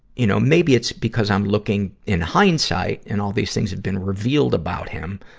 you know, maybe it's because i'm looking in hindsight and all these things have been revealed about him,